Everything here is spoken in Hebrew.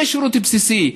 זה שירות בסיסי.